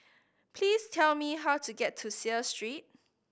please tell me how to get to Seah Street